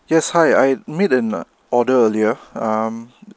yes hi I made an order earlier um